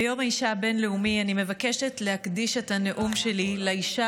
ביום האישה הבין-לאומי אני מבקשת להקדיש את הנאום שלי לאישה